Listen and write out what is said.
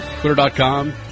Twitter.com